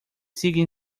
sigue